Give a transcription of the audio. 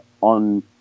on –